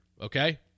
okay